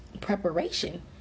Preparation